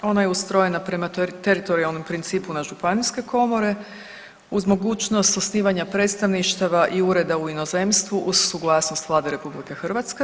Ona je ustrojena prema teritorijalnom principu na županijske komore uz mogućnost osnivanja predstavništava i ureda u inozemstvu uz suglasnost Vlade RH.